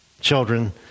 children